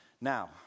Now